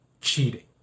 cheating